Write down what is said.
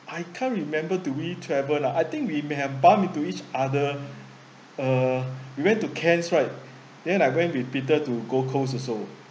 I can't remember do we travel lah I think we may have bump into each other uh we went to cannes right then I went with peter to gold coast also